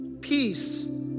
Peace